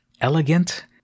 elegant